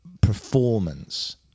performance